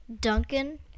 Duncan